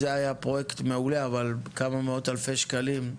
זה היה פרויקט מעולה, אבל כמה מאות אלפי שקלים הם